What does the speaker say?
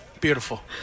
Beautiful